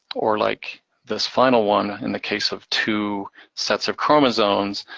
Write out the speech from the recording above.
or like this final one in the case of two sets of chromosomes,